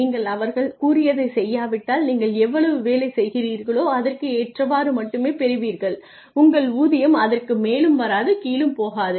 நீங்கள் அவர்கள் கூறியதைச் செய்யாவிட்டால் நீங்கள் எவ்வளவு வேலை செய்கிறீர்களோ அதற்கு ஏற்றவாறு மட்டுமே பெறுவீர்கள் உங்கள் ஊதியம் அதற்கு மேலும் வராது கீழும் போகாது